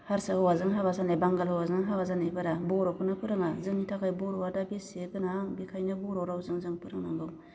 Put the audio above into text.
हारसा हौवाजों हाबा जानाय बांगाल हौवाजों हाबा जानायफोरा बर'खौनो फोरोङा जोंनि थाखाय बर'आ दा बेसे गोनां बेखायनो बर' रावजों जों फोरोंनांगौ